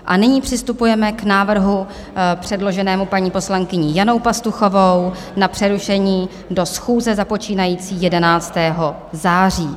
A nyní přistupujeme k návrhu předloženému paní poslankyní Janou Pastuchovou na přerušení do schůze započínající 11. září.